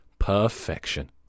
Perfection